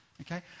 Okay